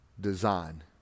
design